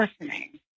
listening